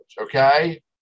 Okay